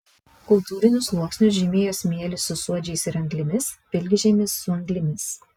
kultūrinius sluoksnius žymėjo smėlis su suodžiais ir anglimis pilkžemis su anglimis